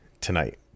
tonight